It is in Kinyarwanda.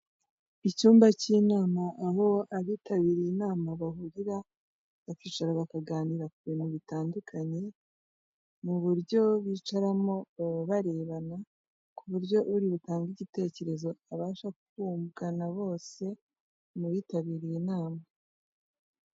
Icyumba k'inama aho abitabiriye inama bahurira, bakicara bakaganira ku bintu bitandukanye, mu buryo bicaramo baba barebana ku buryo uri butange igitekerezo abasha kumvwa na bose mu bitabiriye inama.